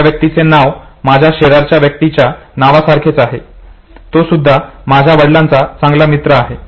त्या व्यक्तीचे नाव माझ्या शेजारच्या व्यक्तीच्या नावा सारखेच आहे तो सुद्धा माझ्या वडिलांचा चांगला मित्र आहे